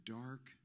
dark